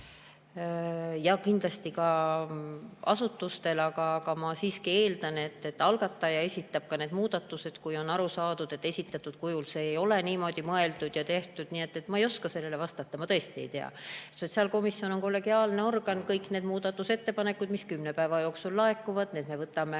ja kindlasti ka asutustel. Aga ma siiski eeldan, et algataja esitab ka need muudatusettepanekud, kui on aru saadud, et esitatud kujul ei ole see tehtud niimoodi, nagu oli mõeldud. Ma ei oska sellele vastata, ma tõesti ei tea. Sotsiaalkomisjon on kollegiaalne organ, kõik need muudatusettepanekud, mis kümne päeva jooksul laekuvad, me võtame